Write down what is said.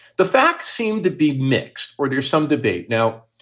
the facts seem to be mixed or there's some debate. now,